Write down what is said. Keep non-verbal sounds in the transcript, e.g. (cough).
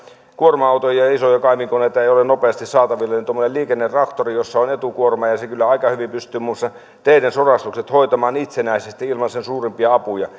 ja isoja kaivinkoneita ei ole nopeasti saatavilla tuommoinen liikennetraktori jossa on etukuormaaja kyllä aika hyvin pystyy muun muassa teiden sorastukset hoitamaan itsenäisesti ilman sen suurempia apuja (unintelligible)